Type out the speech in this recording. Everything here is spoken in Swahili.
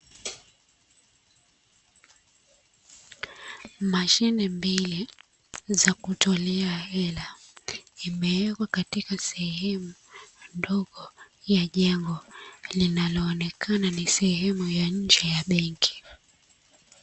Mashine mbili za kutolea hela imewekwa katika sehemu ndogo ya jengo linaloonekana ni sehemu ya nje ya benki.